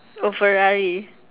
oh ferrari